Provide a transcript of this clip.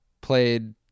played